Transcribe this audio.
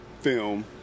film